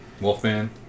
Wolfman